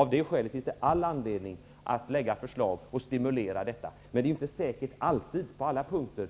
Av det skälet finns det all anledning att lägga fram förslag om att stimulera detta. Men det är inte säkert att Sveriges riksdag på alla punkter